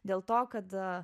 dėl to kad